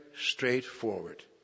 straightforward